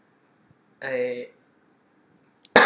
I